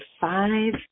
five